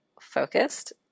focused